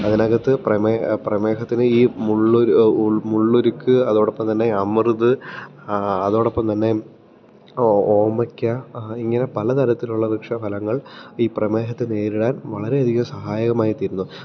അതിനകത്ത് പ്രമേഹത്തിന് ഈ മുള്ളുരുക്ക് അതോടൊപ്പം തന്നെ അമൃത് അതോടൊപ്പം തന്നെ ഓമയ്ക്ക ഇങ്ങനെ പലതരത്തിലുള്ള വൃക്ഷഫലങ്ങൾ ഈ പ്രമേഹത്തെ നേരിടാൻ വളരെയധികം സഹായകമായിത്തീരുന്നു